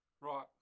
Right